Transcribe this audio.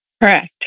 Correct